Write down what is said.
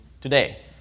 today